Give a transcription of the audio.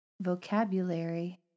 vocabulary